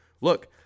look